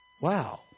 wow